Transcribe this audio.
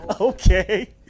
Okay